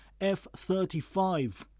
F-35